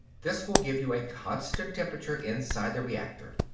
this will give you a constant temperature inside the reactor.